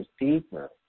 deeper